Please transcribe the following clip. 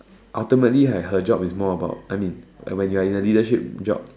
ultimately right her job is more about I mean when you're in a leadership job